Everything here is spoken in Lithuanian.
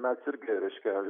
mes irgi reiškia